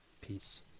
peace